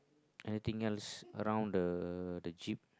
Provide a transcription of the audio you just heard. anything else around the the jeep